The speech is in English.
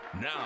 Now